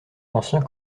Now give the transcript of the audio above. anciens